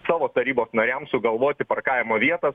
savo tarybos nariams sugalvoti parkavimo vietą